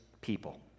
people